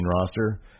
roster